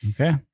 Okay